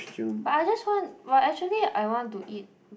but I just want but actually I want to eat